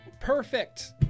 Perfect